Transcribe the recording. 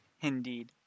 Indeed